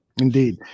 Indeed